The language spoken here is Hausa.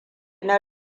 na